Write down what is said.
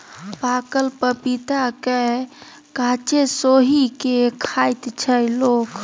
पाकल पपीता केँ कांचे सोहि के खाइत छै लोक